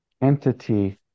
entity